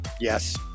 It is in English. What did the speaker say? Yes